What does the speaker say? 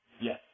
Yes